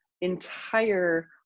entire